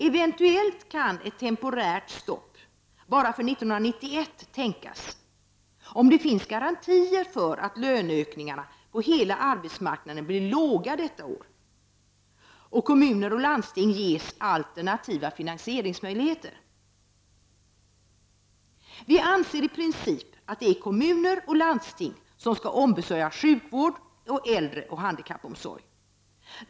Eventuellt kan ett temporärt stopp, bara för 1991, tänkas om det finns garantier för att löneökningarna på hela arbetsmarknaden blir låga detta år och för att kommuner och landsting ges alternativa finansieringsmöjligheter. Vi anser i princip att det är kommuner och landsting som skall ombesörja sjukvård samt äldreoch handikappomsorg.